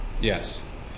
Yes